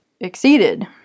exceeded